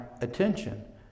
attention